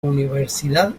universidad